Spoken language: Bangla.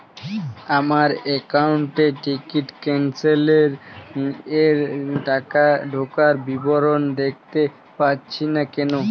আমার একাউন্ট এ টিকিট ক্যান্সেলেশন এর টাকা ঢোকার বিবরণ দেখতে পাচ্ছি না কেন?